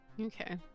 Okay